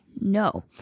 No